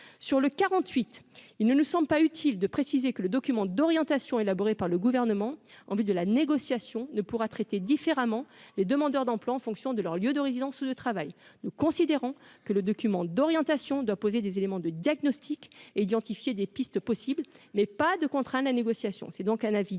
quarante-huit, il ne ne semble pas utile de préciser que le document d'orientation, élaboré par le gouvernement en vue de la négociation ne pourra traiter différemment les demandeurs d'emploi en fonction de leur lieu de résidence ou de travail, nous considérons que le document d'orientation, poser des éléments de diagnostic et identifier des pistes possibles mais pas de contrat à la négociation, c'est donc un avis